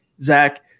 zach